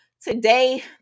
today